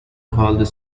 called